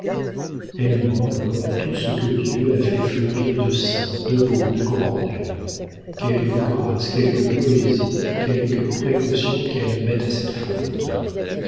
elle ment alors à tout ce que dieu a fait fleurir de saint de beau de grand en elle quelque grâce quelque poésie quelques précautions qu'elle mette à cette faute